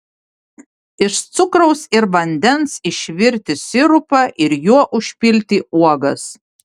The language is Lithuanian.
iš cukraus ir vandens išvirti sirupą ir juo užpilti uogas